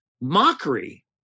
mockery